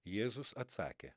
jėzus atsakė